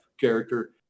character